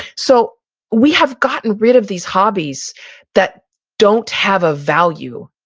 so we have gotten rid of these hobbies that don't have a value,